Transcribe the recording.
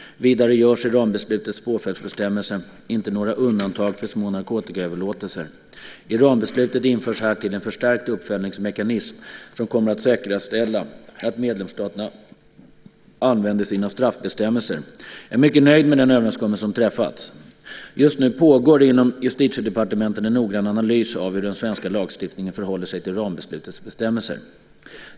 Vidare görs i rambeslutets påföljdsbestämmelser inte några undantag för små narkotikaöverlåtelser. I rambeslutet införs härtill en förstärkt uppföljningsmekanism som kommer att säkerställa att medlemsstaterna använder sina straffbestämmelser. Jag är mycket nöjd med den överenskommelse som träffats. Just nu pågår inom Justitiedepartementet en noggrann analys av hur den svenska lagstiftningen förhåller sig till rambeslutets bestämmelser.